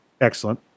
Excellent